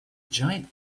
giant